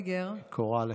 היא קוראה לך.